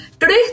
Today